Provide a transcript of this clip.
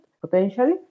potentially